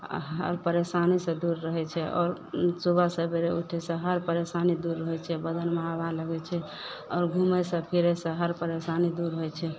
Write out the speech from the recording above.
आ हर परेशानीसँ दूर रहै छै आओर ई सुबह सवेरे उठयसँ हर परेशानी दूर होइ छै बदनमे हवा लगै छै आओर घूमयसँ फिरयसँ हर परेशानी दूर होइ छै